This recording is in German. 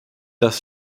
das